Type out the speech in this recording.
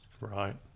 Right